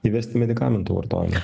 įvesti medikamentų vartojimą